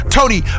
Tony